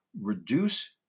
reduce